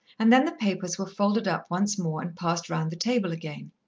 and then the papers were folded up once more and passed round the table again.